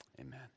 amen